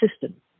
system